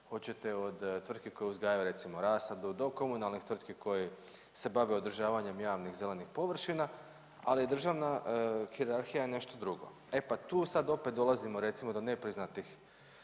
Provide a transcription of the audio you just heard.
Hoćete od tvrtke koje uzgajaju recimo rasadu do komunalnih tvrtki koje se bave održavanje javnih zelenih površina, ali državna hijerarhija je nešto drugo. E pa tu sad opet dolazimo recimo do nepriznatih